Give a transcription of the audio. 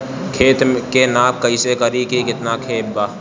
खेत के नाप कइसे करी की केतना खेत बा?